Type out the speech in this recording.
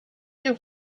their